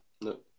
No